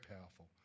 powerful